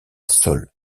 sol